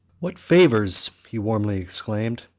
what favors, he warmly exclaimed,